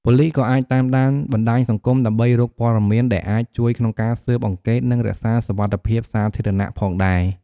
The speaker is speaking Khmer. ប៉ូលិស ក៏អាច តាមដានបណ្ដាញសង្គម ដើម្បីរក ព័ត៌មាន ដែលអាច ជួយក្នុងការស៊ើបអង្កេត និង រក្សាសុវត្ថិភាពសាធារណៈ ផងដែរ។